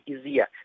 easier